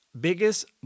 biggest